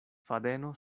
fadeno